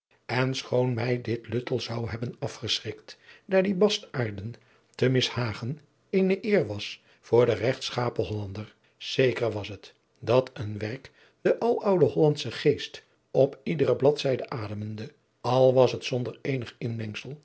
en schoon mij dit luttel zou hebben afgeschrikt daar dien bastaarden te mishagen eene eer was voor den regtschapen hollander zeker was het dat een werk den alouden hollandschen geest op iedere bladzijde ademende al was het zonder eenig